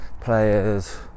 players